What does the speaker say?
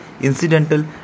incidental